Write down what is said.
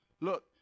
look